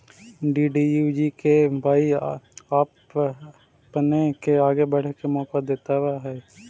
DDUGKY आपपने के आगे बढ़े के मौका देतवऽ हइ